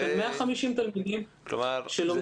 עכשיו 150 תלמידים שלומדים -- כלומר זה